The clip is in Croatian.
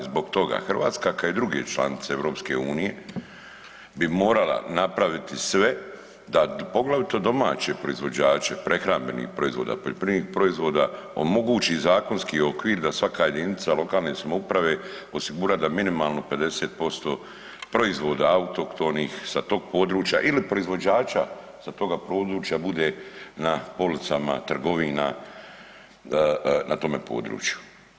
Zbog toga Hrvatska ka i druge članice EU bi morala napraviti sve da poglavito domaće proizvođače prehrambenih proizvoda, poljoprivrednih proizvoda omogući zakonski okvir da svaka jedinica lokalne samouprave osigura da minimalno 50% proizvoda autohtonih sa tog područja ili proizvođača sa toga područja bude na policama trgovina na tome području.